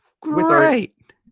great